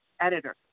editor